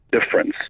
difference